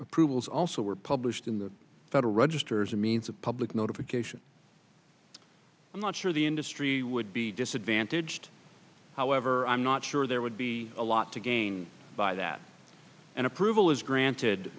approvals also were published in the federal register as a means of public notification i'm not sure the industry would be disadvantaged however i'm not sure there would be a lot to gain by that and approval is granted